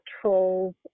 trolls